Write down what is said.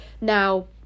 Now